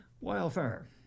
Wildfire